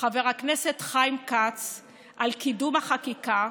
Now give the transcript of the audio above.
חבר הכנסת חיים כץ על קידום החקיקה,